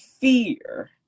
fear